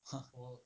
!huh!